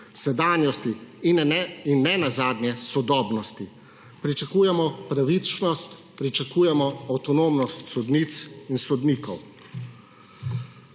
sedanjosti in nenazadnje sodobnosti. Pričakujemo pravičnost, pričakujemo avtonomnost sodnic in sodnikov.